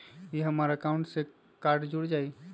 ई हमर अकाउंट से कार्ड जुर जाई?